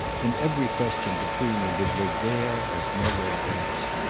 and every question between them would live there as nowhere else.